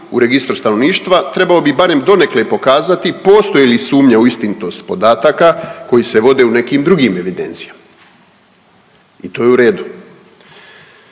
u registru stanovništva trebao bi barem donekle pokazati postoji li sumnja u istinitost podataka koji se vode u nekim drugim evidencijama i to je u redu.